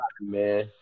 man